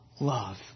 love